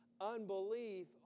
Unbelief